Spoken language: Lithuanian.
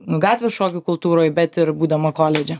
gatvės šokių kultūroj bet ir būdama koledže